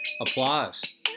applause